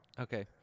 Okay